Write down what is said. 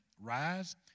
Rise